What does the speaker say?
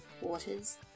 waters